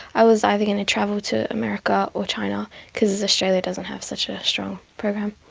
i was either going to travel to america or china because australia doesn't have such a strong program.